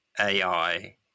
AI